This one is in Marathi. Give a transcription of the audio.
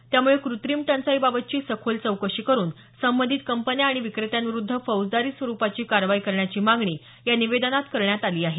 त्यामुळं कृत्रिम टंचाईबाबतची सखोल चौकशी करून संबंधित कंपन्या आणि विक्रेत्यांविरूद्ध फौजदारी स्वरूपाची कारवाई करण्याची मागणी या निवेदनात करण्यात आली आहे